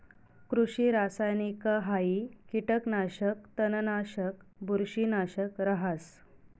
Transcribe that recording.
कृषि रासायनिकहाई कीटकनाशक, तणनाशक, बुरशीनाशक रहास